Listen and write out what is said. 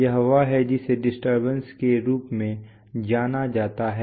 यह वह है जिसे त्रुटि के रूप में जाना जाता है